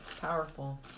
Powerful